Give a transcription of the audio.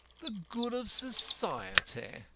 the good of society!